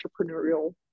entrepreneurial